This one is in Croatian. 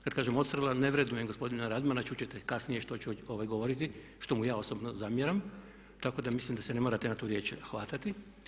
Kad kažem odstrela ne vrednujem gospodina Radmana, čut ćete kasnije što ću govoriti, što mu ja osobno zamjeram, tako da mislim da se ne morate na tu riječ hvatati.